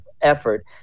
effort